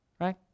right